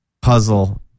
puzzle